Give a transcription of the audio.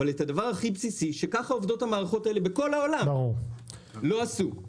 אבל את הדבר הכי בסיסי שככה עובדות המערכות האלה בכל העולם לא עשו.